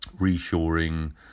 reshoring